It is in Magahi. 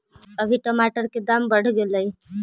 अभी टमाटर के दाम बढ़ गेलइ